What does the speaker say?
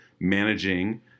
managing